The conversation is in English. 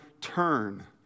turn